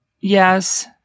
Yes